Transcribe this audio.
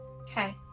Okay